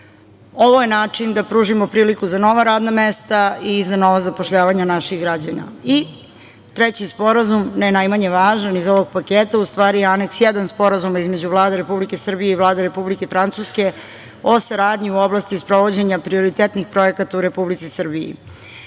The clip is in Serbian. Ovo je način da pružimo priliku za nova radna mesta i za nova zapošljavanja naših građana. Treći sporazum, ne najmanje važan iz ovog paketa, u stvari je Aneks I Sporazuma između Vlade Republike Srbije i Vlade Republike Francuske o saradnji u oblasti sprovođenja prioritetnih projekata u Republici Srbiji. Krovni